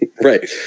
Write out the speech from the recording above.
Right